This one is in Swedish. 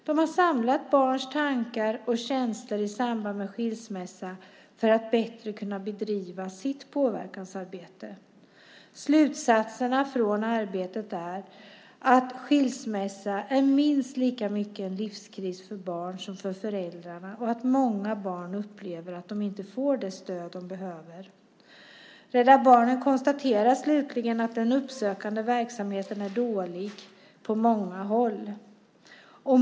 De har samlat barns tankar och känslor i samband med skilsmässa för att bättre kunna bedriva sitt påverkansarbete. Slutsatserna från arbetet är att skilsmässa är minst lika mycket en livskris för barn som för föräldrarna och att många barn upplever att de inte får det stöd som de behöver. Rädda Barnen konstaterar slutligen att den uppsökande verksamheten är dålig på många håll.